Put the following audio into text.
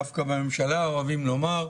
שבממשלה אוהבים לומר,